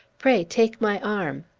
pray take my arm!